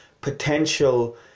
potential